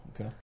Okay